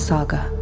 Saga